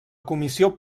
comissió